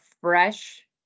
fresh